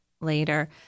later